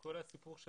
כל הסיפור של